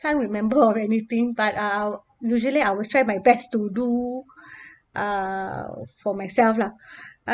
can't remember of anything but I'll usually I will try my best to do uh for myself lah